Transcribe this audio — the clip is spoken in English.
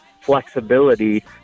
flexibility